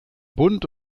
bunt